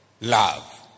love